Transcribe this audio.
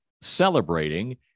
celebrating